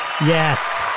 Yes